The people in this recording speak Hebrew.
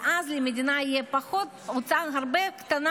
ואז למדינה תהיה הוצאה הרבה יותר קטנה